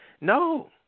No